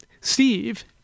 Steve